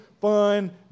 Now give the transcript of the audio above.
fun